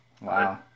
Wow